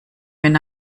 wenn